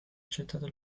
accettato